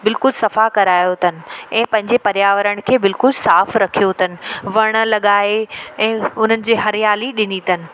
बिल्कुलु सफ़ा करायो अथनि ऐं पंहिंजे पर्यावरण खे बिल्कुल साफ़ रखियो तन वण लॻाए ऐं उन्हनि जे हरियाली ॾिनी अथनि